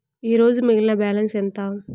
ఈరోజు మిగిలిన బ్యాలెన్స్ ఎంత?